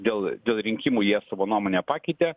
dėl dėl rinkimų jie savo nuomonę pakeitė